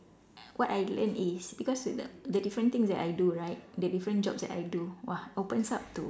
what I learn is because with the the different things that I do right the different jobs that I do !wah! opens up to